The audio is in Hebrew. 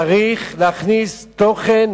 צריך להכניס תוכן